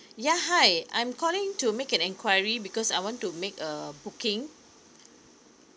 yeah hi I'm calling to make an enquiry because I want to make a booking